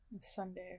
Sunday